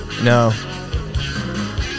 No